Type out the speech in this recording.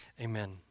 Amen